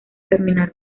terminar